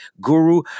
guru